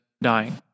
dying